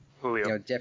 Julio